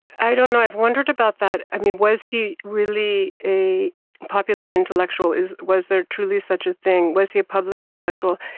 i don't know, i've wondered about that. i mean, was he really a popular intellectual? was there truly such a thing? was he a public intellectual?